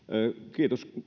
kiitos